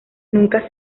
nunca